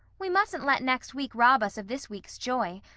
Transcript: we mustn't let next week rob us of this week's joy.